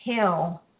hill